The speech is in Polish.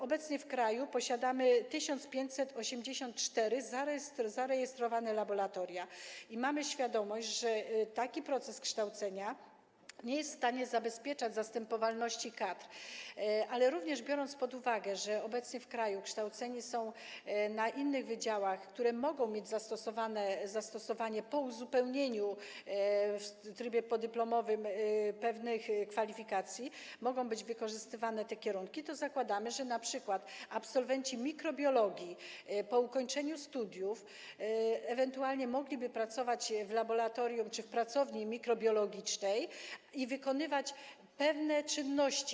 Obecnie w kraju posiadamy 1584 zarejestrowane laboratoria i mamy świadomość, że taki proces kształcenia nie jest w stanie zagwarantować zastępowalności kadr, ale biorąc pod uwagę, że obecnie w kraju kształceni są na innych wydziałach, co może mieć zastosowanie po uzupełnieniu w trybie podyplomowym pewnych kwalifikacji, mogą być wykorzystywane te kierunki, zakładamy, że np. absolwenci mikrobiologii po ukończeniu studiów ewentualnie mogliby pracować w laboratorium czy w pracowni mikrobiologicznej i wykonywać pewne czynności.